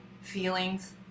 feelings